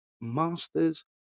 Masters